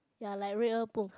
ya like real book